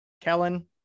Kellen